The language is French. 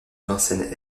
vincennes